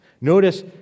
notice